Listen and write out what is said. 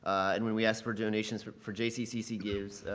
and when we asked for donations for jccc gives,